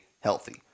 healthy